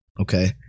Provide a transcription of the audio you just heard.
okay